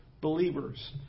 believers